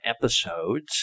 episodes